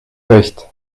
recht